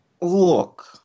Look